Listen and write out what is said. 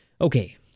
Okay